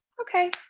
okay